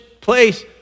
place